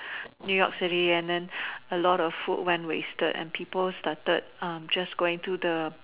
New York city and then a lot of food went wasted and people started um just to go to the